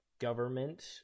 government